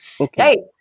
okay